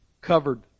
Covered